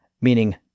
meaning